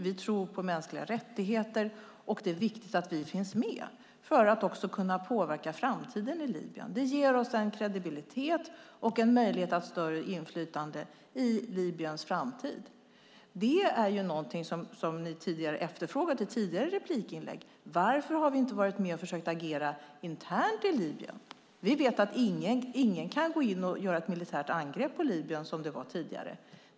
Vi tror på mänskliga rättigheter, och det är viktigt att vi finns med för att också kunna påverka framtiden i Libyen. Det ger oss en kredibilitet och en möjlighet till större inflytande i Libyens framtid. Det är någonting som ni har efterfrågat i tidigare replikinlägg: Varför har vi inte varit med och försökt agera internt i Libyen? Vi vet att ingen kan gå in och göra ett militärt angrepp på Libyen som det var tidigare.